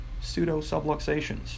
pseudo-subluxations